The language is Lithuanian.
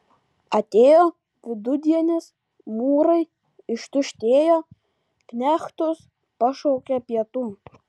atėjo vidudienis mūrai ištuštėjo knechtus pašaukė pietų